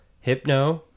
Hypno